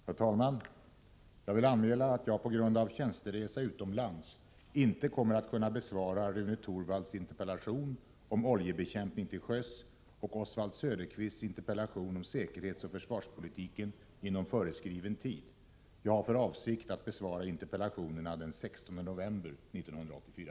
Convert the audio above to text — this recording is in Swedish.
Herr talman! Jag vill meddela att jag på grund av tjänsteresa utomlands inte kommer att kunna besvara Rune Torwalds interpellation om oljebekämpningen till sjöss och Oswald Söderqvists interpellation om säkerhetsoch försvarspolitiken inom föreskriven tid. Jag har för avsikt att besvara interpellationerna den 16 november 1984.